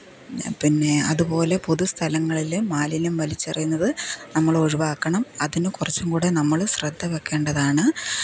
പിന്നെ അതുപോലെ പൊതുസ്ഥലങ്ങളില് മാലിന്യം വലിച്ചെറിയുന്നത് നമ്മളൊഴിവാക്കണം അതിന് കുറച്ചും കൂടെ നമ്മള് ശ്രദ്ധ വെക്കേണ്ടതാണ്